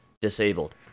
disabled